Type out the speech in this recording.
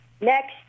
next